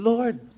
Lord